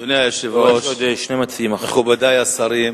אדוני היושב-ראש, מכובדי השרים,